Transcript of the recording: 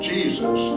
Jesus